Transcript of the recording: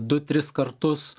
du tris kartus